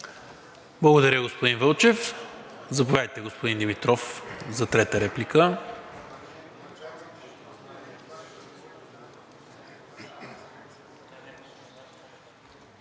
Благодаря, господин Вълчев. Заповядайте, господин Димитров, за трета реплика.